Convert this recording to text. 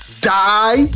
die